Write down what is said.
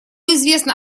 известно